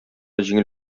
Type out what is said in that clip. җиңел